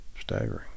staggering